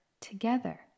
together